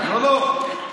לא, לא.